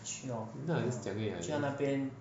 !hanna! just 讲而已 ah